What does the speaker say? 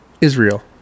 Israel